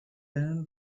owned